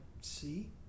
see